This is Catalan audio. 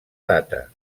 data